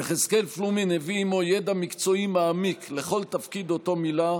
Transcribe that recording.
יחזקאל פלומין הביא עימו ידע מקצועי מעמיק לכל תפקיד שמילא,